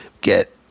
get